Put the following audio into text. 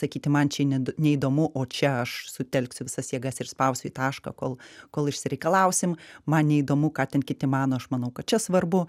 sakyti man čia ned neįdomu o čia aš sutelksiu visas jėgas ir spausiu į tašką kol kol išsireikalausim man neįdomu ką ten kiti mano aš manau kad čia svarbu